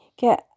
get